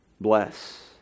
bless